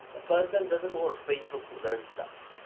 a person doesn't go to facebook to learn stuff,